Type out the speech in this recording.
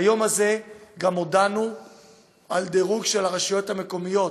ביום הזה גם הודענו על דירוג של הרשויות המקומיות